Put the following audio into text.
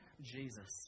Jesus